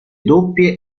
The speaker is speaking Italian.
doppie